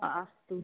अस्तु